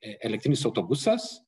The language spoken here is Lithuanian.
elektrinis autobusas